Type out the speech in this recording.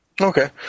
Okay